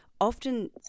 often